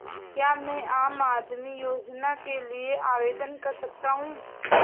क्या मैं आम आदमी योजना के लिए आवेदन कर सकता हूँ?